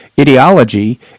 ideology